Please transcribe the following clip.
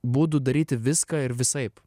būdų daryti viską ir visaip